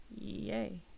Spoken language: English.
yay